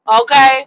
Okay